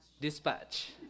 dispatch